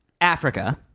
Africa